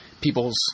people's –